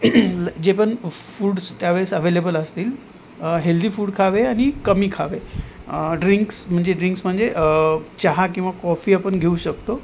जे पण फूड्स त्यावेळेस अवेलेबल असतील हेल्दी फूड खावे आणि कमी खावे ड्रिंक्स म्हणजे ड्रिंक्स म्हणजे चहा किंवा कॉफी आपण घेऊ शकतो